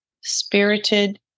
spirited